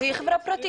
אז היא חברה פרטית.